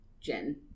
Jen